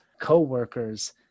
co-workers